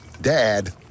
Dad